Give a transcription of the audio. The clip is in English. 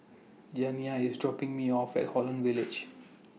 Janiah IS dropping Me off At Holland Village